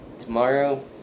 tomorrow